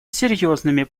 серьезными